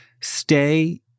Stay